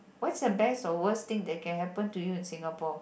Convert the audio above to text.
what's the best or worst thing that can happen to you in Singapore